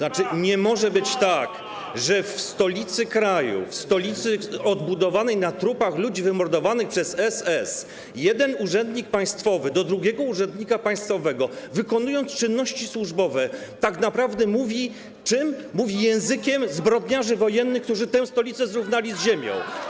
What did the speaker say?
Nie może być tak, że w stolicy kraju, w stolicy odbudowanej na trupach ludzi wymordowanych przez SS jeden urzędnik państwowy do drugiego urzędnika państwowego, wykonując czynności służbowe, tak naprawdę mówi językiem zbrodniarzy wojennych, którzy tę stolicę zrównali z ziemią.